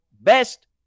best